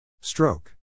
stroke